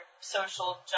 social